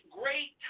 great